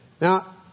Now